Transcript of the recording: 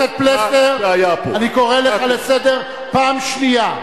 חבר הכנסת פלסנר, אני קורא אותך לסדר פעם שנייה.